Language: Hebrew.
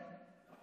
קיבלו לחם.